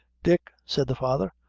dick, said the father,